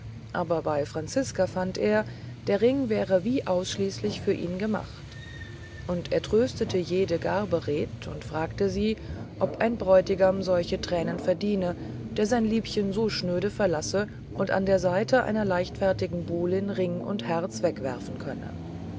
aber bei franziska fand er der ring wäre wie ausschließlich für ihn gemacht und er tröstete jede gar beredt und fragte sie ob ein bräutigam solche tränen verdiene der sein liebchen so schnöde verlassen und an der seite einer leichtfertigen buhlin ring und herz wegwerfen könne